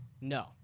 No